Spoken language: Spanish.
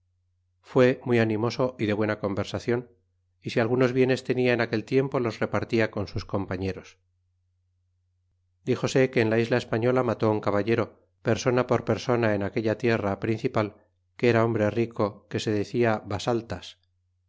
fa muy animoso y de buena conversacion é si algunos bienes tenia en aquel tiempo los repartia con sus compañeros dixose que en la isla española mató un caballero persona por persona en aquella tierra principal que era hombre rico que se decia basaltas